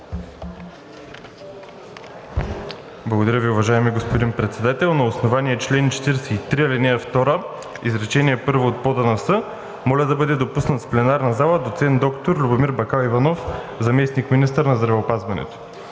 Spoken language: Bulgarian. Благодаря Ви, уважаеми господин Председател. На основание чл. 43, ал. 2, изречение първо от ПОДНС моля да бъде допуснат в пленарната зала доцент доктор Любомир Бакаливанов – заместник-министър на здравеопазването.